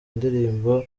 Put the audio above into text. indirimbo